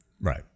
right